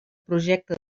projecte